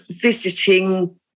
visiting